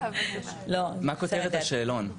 מה כותרת השאלון?